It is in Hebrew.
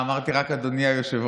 אה, אמרתי רק "אדוני היושב-ראש".